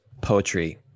poetry